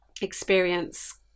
experience